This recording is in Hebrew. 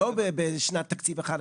אנחנו לא מדברים על שנת תקציב אחת,